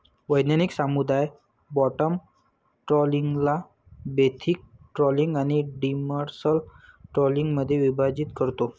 वैज्ञानिक समुदाय बॉटम ट्रॉलिंगला बेंथिक ट्रॉलिंग आणि डिमर्सल ट्रॉलिंगमध्ये विभाजित करतो